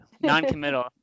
Non-committal